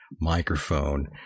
microphone